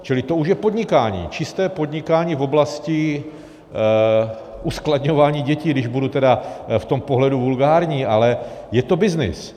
Čili to už je podnikání, čisté podnikání v oblasti uskladňování dětí, když budu v tom pohledu vulgární, ale je to byznys.